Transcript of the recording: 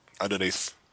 underneath